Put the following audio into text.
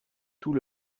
tout